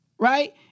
Right